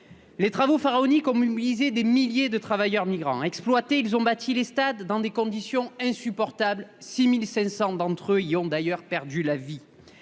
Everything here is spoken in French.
Les travaux pharaoniques ont mobilisé des milliers de travailleurs migrants. Exploités, ils ont bâti les stades dans des conditions insupportables : 6 500 d'entre eux y ont d'ailleurs laissé la vie.